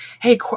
Hey